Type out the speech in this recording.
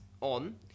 on